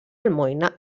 almoina